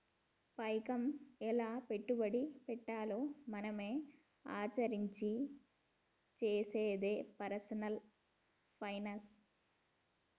పైకం ఎలా పెట్టుబడి పెట్టాలో మనమే ఇచారించి చేసేదే పర్సనల్ ఫైనాన్స్